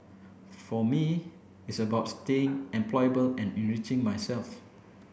for me it's about staying employable and enriching myself